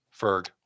Ferg